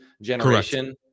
generation